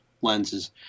lenses